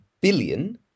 billion